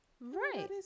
Right